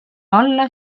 alla